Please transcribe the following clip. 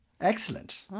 Excellent